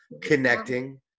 connecting